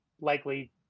likely